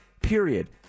period